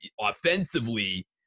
offensively